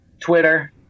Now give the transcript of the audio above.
Twitter